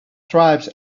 tribes